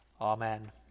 amen